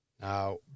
Now